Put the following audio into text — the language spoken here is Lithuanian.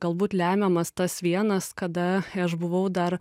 galbūt lemiamas tas vienas kada aš buvau dar